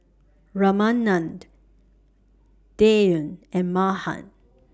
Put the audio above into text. Ramanand Dhyan and Mahan